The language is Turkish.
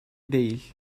değil